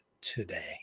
today